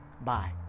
Bye